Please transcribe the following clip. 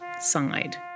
side